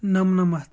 نَمنَمَتھ